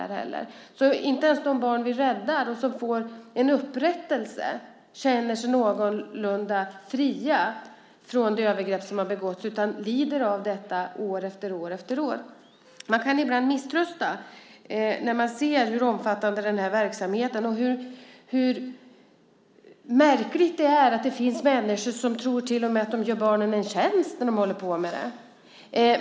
Inte ens de barn vi räddar och som får en upprättelse kan alltså känna sig någorlunda fria från det övergrepp som har begåtts utan lider av detta år efter år. Man kan ibland misströsta när man ser hur omfattande denna verksamhet är. Det är också märkligt att det finns människor som till och med tror att de gör barnen en tjänst när de håller på med detta.